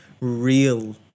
real